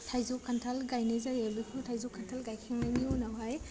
थायजौ खान्थाल गायनाय जायो बेफोर थायजौ खान्थाल गायखांनायनि उनावहाय